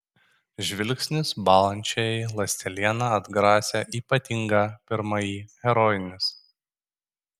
žvilgsnis bąlančiajai ląsteliena atgrasė ypatingą pirmąjį herojinis